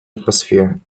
atmosphere